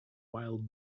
wild